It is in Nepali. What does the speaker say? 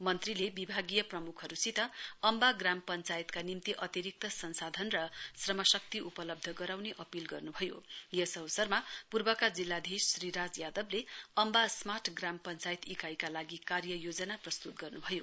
मन्त्रीले विभागीय प्रमुखहरूसित अम्वा ग्राम पञ्चायतका निम्ति अतिरिक्त संसाधन र श्रमशक्ति उपलब्ध गराउने अपील गर्न्भयो यस अवसरमा पूर्वका जिल्लाधीश श्री राज यादवले अम्वा स्मार्ट ग्राम पञ्चायत इकाईका लागि कार्य योजना प्रस्त्त गर्न्भयो